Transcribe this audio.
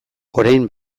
orain